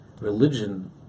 Religion